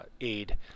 aid